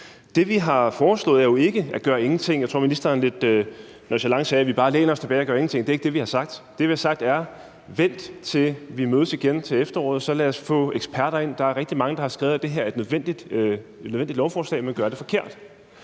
Det, vi har foreslået, er jo ikke at gøre ingenting. Jeg tror, at ministeren lidt nonchalant sagde, at vi bare læner os tilbage og gør ingenting. Det er ikke det, vi har sagt. Det, vi har sagt, er: Vent, til vi mødes igen til efteråret, og så lad os få eksperter ind. Der er rigtig mange, der har skrevet, at det her er et nødvendigt lovforslag, men som gør det forkert.